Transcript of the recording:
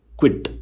quit